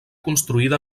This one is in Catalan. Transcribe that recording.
construïda